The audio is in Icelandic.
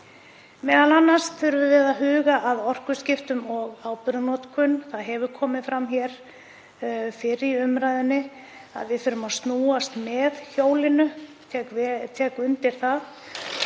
m.a. þurfum við að huga að orkuskiptum og áburðarnotkun. Það hefur komið fram hér fyrr í umræðunni að við þurfum að snúast með hjólinu, ég tek undir það,